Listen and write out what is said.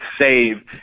save